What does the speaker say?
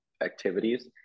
activities